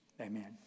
amen